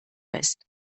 fest